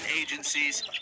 agencies